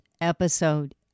episode